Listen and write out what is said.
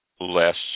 less